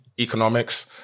economics